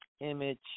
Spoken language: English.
image